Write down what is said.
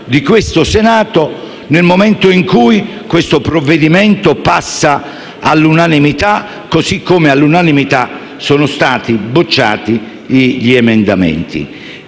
di questo Senato, nel momento in cui il provvedimento passa all'unanimità, così come all'unanimità sono stati bocciati gli emendamenti.